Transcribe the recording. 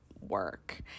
work